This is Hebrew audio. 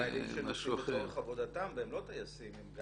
גם ישראלים שנוסעים לצורך עבודתם והם לא טייסים הם גם